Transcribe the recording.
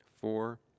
four